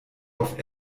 auf